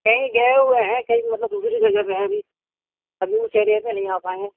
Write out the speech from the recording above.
کہیں گئے ہوئے ہیں کہیں مطلب دوسری جگہ پہ ہیں ابھی ابھی اُس ایریے پہ نہیں آ پائیں گے